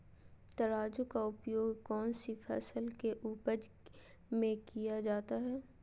तराजू का उपयोग कौन सी फसल के उपज में किया जाता है?